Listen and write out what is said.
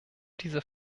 dieser